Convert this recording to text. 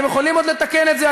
אתם יכולים עוד לתקן את זה,